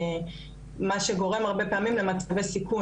מה שגורם הרבה פעמים למצבי סיכון,